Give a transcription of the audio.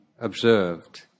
observed